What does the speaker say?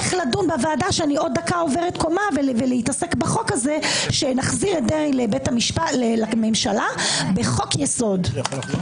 אני אתחיל בסדרי דיון, אני אמשיך אחר כך